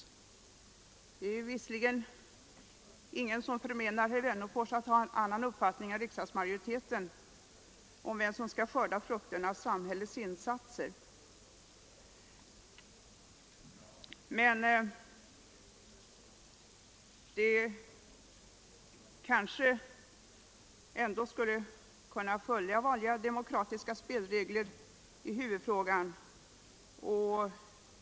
Ingen förmenar visserligen herr Wennerfors att ha en annan uppfattning än majoriteten om vem som skall skörda frukterna av samhällets insatser, men vi kanske ändå skulle kunna följa vanliga demokratiska spelregler i huvudfrågan.